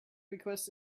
request